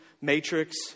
Matrix